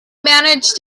manage